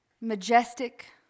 majestic